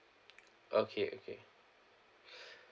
okay okay